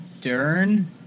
Dern